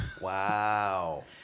Wow